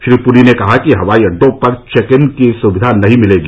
श्री पुरी ने कहा कि हवाई अड्डों पर चेक इन की सुविधा नहीं मिलेगी